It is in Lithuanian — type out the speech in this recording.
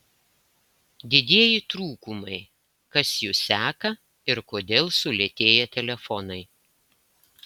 didieji trūkumai kas jus seka ir kodėl sulėtėja telefonai